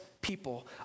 people